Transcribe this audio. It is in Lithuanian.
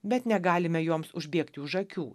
bet negalime joms užbėgti už akių